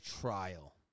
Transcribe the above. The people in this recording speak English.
trial